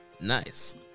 Nice